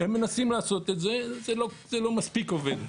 הם מנסים לעשות את זה אבל זה לא מספיק עובד.